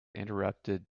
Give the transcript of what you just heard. interrupted